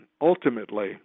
ultimately